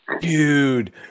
Dude